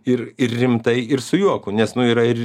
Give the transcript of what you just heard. ir ir rimtai ir su juoku nes nu yra ir